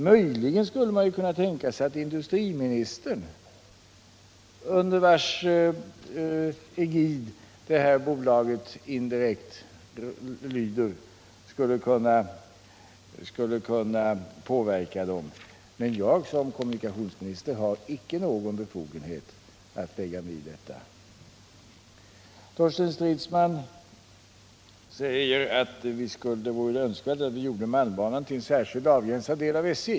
Möjligen kunde man tänka sig att industriministern, under vars egid det här bolaget indirekt lyder, skulle kunna påverka det. Men jag som kommunikationsminister har icke någon befogenhet att lägga mig i detta. Torsten Stridsman säger att det vore önskvärt att göra malmbanan till en särskild, avgränsad del av SJ.